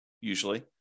usually